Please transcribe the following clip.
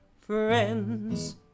friends